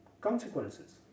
consequences